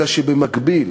אלא שבמקביל,